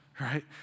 Right